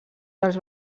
dels